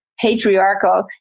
patriarchal